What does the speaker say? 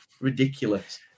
ridiculous